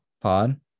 Pod